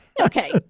Okay